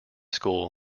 school